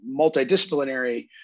multidisciplinary